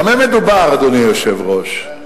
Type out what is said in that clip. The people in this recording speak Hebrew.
במה מדובר, אדוני היושב-ראש?